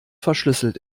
verschlüsselt